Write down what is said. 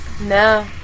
No